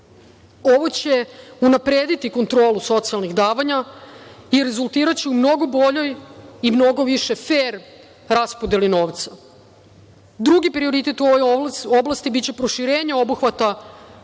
Ovo će unaprediti kontrolu socijalnih davanja i rezultiraće u mnogo boljoj i mnogo više fer raspodeli novca. Drugi prioritet u ovoj oblasti biće proširenja obuhvata